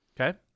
Okay